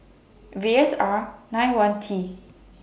V S R nine one T